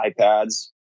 iPads